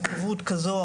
לו תכנית אישית.